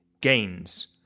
gains